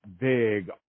big